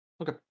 Okay